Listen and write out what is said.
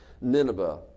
Nineveh